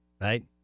right